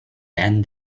and